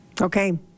Okay